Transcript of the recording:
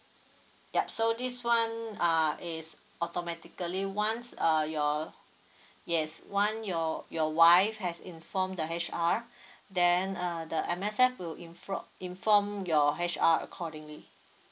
yup so this one uh is automatically once uh your yes one your your wife has inform the H_R then uh the M_S_F will infor~ inform your H_R accordingly